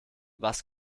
was